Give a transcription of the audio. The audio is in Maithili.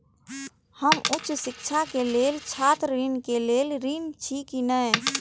हम उच्च शिक्षा के लेल छात्र ऋण के लेल ऋण छी की ने?